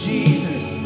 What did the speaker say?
Jesus